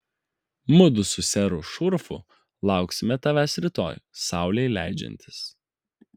mudu su seru šurfu lauksime tavęs rytoj saulei leidžiantis